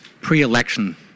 pre-election